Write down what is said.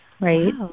right